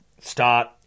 start